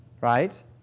right